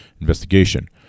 investigation